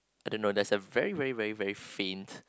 I don't know there's a very very very very faint